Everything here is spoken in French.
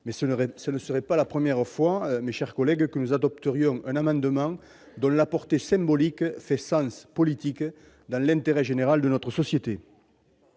mais ce ne serait pas la première fois, mes chers collègues, que nous adopterions un amendement dont la dimension symbolique fait sens politique, dans l'intérêt de notre société.